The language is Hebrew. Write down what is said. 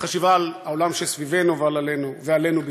חשיבה על העולם שסביבנו ועלינו בפרט.